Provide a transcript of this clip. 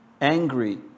angry